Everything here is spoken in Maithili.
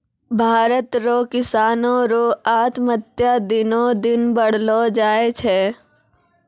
भारत रो किसानो रो आत्महत्या दिनो दिन बढ़लो जाय छै